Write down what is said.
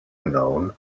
known